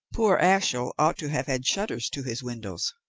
poor ashiel ought to have had shutters to his windows.